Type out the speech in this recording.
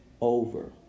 over